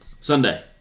Sunday